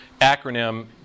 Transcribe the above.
acronym